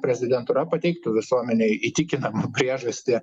prezidentūra pateiktų visuomenei įtikinamą priežastį